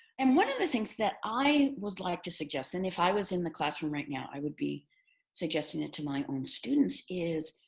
and one of the things that i would like to suggest and if i was in the classroom right now, i would be suggesting it to my own students is